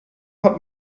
hat